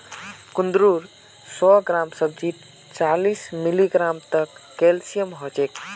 कुंदरूर सौ ग्राम सब्जीत चालीस मिलीग्राम तक कैल्शियम ह छेक